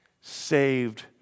Saved